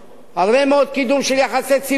הרבה מאוד קידום של יחסי ציבור,